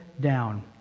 down